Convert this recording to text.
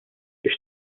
biex